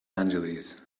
angeles